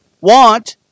want